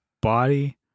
body